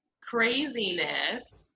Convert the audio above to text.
craziness